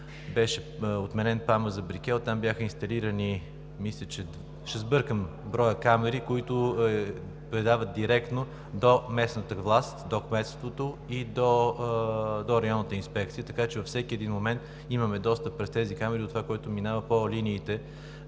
беше отменен ПАМ-ът за „Брикел“, там бяха инсталирани, ще сбъркам броя камери, които предават директно до местната власт, до кметството и до районната инспекция. Във всеки един момент имаме достъп през тези камери до това, което минава по линиите